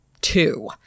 two